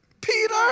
Peter